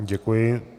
Děkuji.